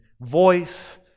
voice